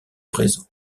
présent